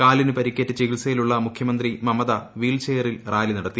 കാലിനു പരിക്കേറ്റു ചികിത്സയിലുള്ള മുഖ്യമന്ത്രി മമത വീൽചെയറിൽ റാലി നടത്തി